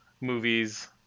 movies